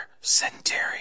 sedentary